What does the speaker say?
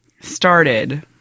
Started